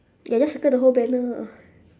ya just circle the whole banner ah